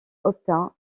obtint